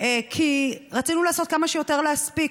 כי רצינו לעשות כמה שיותר, להספיק.